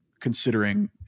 considering